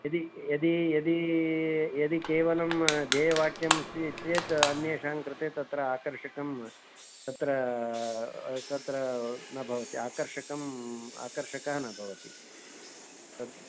यदि यदि यदि यदि केवलं ध्येयवाक्यं स्वीक्रियते चेत् अन्येषां कृते तत्र आकर्षकं तत्र तत्र न भवति आकर्षकम् आकर्षकः न भवति सत्यं